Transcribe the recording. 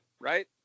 right